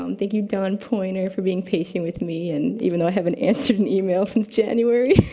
um thank you, don pointer, for being patient with me. and even though i haven't answered an email since january.